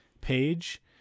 page